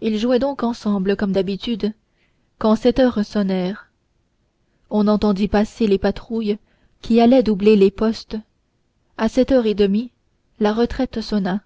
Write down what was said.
ils jouaient donc ensemble comme d'habitude quand sept heures sonnèrent on entendit passer les patrouilles qui allaient doubler les postes à sept heures et demie la retraite sonna